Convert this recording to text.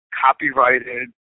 copyrighted